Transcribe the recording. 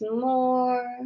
more